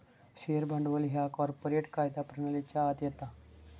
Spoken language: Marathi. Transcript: शेअर भांडवल ह्या कॉर्पोरेट कायदा प्रणालीच्या आत येता